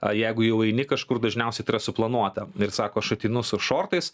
a jeigu jau eini kažkur dažniausiai tai yra suplanuota ir sako aš ateinu su šortais